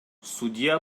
судья